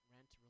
Rent